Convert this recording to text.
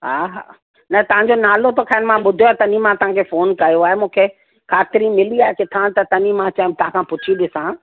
हा हा न तव्हांजो नालो त खैर मां ॿुधियो आहे तॾहिं मां तव्हांखे फ़ोन कयो आहे मूंखे ख़ातिरी मिली आहे किथां त तॾहिं मां चयमि तव्हां खां पुछी ॾिसां